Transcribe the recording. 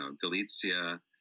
Galicia